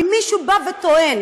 אם מישהו טוען